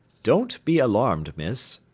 don't be alarmed, miss,